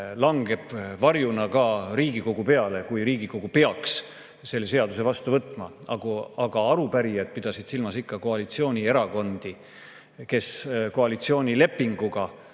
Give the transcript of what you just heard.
langeb varjuna ka Riigikogu peale, kui Riigikogu peaks selle seaduse vastu võtma. Aga arupärijad pidasid silmas ikka koalitsioonierakondi, kes koalitsioonilepinguga,